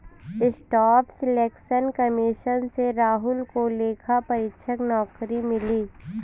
staff selection commission से राहुल को लेखा परीक्षक नौकरी मिली